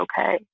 okay